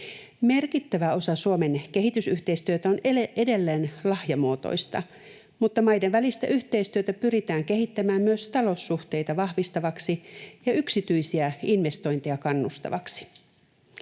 Merkittävä osa Suomen kehitysyhteistyöstä on edelleen lahjamuotoista, mutta maiden välistä yhteistyötä pyritään kehittämään myös taloussuhteita vahvistavaksi ja yksityisiä investointeja kannustavaksi.